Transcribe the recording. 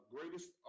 greatest